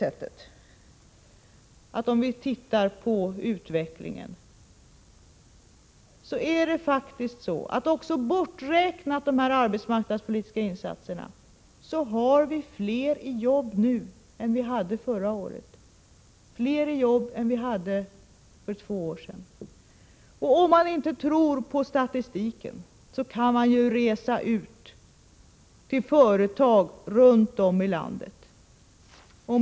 Även om vi räknar bort de arbetsmarknadspolitiska insatserna, har vi faktiskt fler i jobb nu än vi hade förra året och fler i jobb än vi hade för två år sedan. Om man inte tror på statistiken, kan man resa ut till företag runt om i landet.